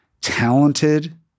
talented